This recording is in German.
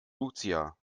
lucia